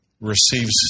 receives